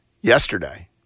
Yesterday—